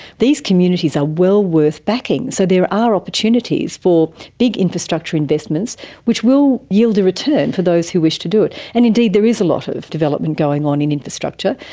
these communities are well worth backing, so there are opportunities for big infrastructure investments which will yield a return for those who wish to do it. and indeed there is a lot of development going on in infrastructure.